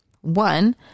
One